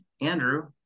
Andrew